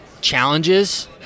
challenges